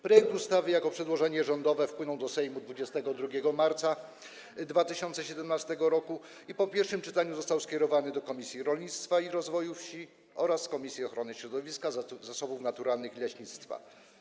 Projekt ustawy jako przedłożenie rządowe wpłynął do Sejmu 22 marca 2017 r. i po pierwszym czytaniu został skierowany do Komisji Rolnictwa i Rozwoju Wsi oraz Komisji Ochrony Środowiska, Zasobów Naturalnych i Leśnictwa.